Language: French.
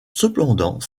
cependant